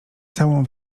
całą